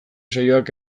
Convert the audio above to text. saioak